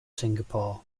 singapore